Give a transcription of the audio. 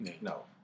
no